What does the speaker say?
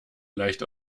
leicht